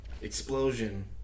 explosion